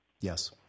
Yes